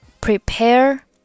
prepare